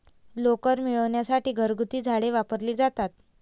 लोकर मिळविण्यासाठी घरगुती झाडे वापरली जातात